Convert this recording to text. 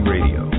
Radio